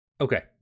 Okay